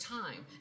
time